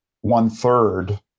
one-third